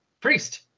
Priest